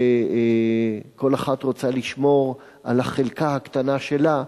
שכל אחת רוצה לשמור על החלקה הקטנה שלה,